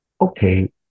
okay